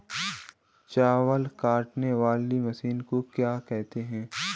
चावल काटने वाली मशीन को क्या कहते हैं?